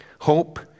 hope